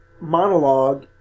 monologue